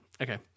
Okay